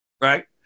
right